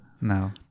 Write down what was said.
No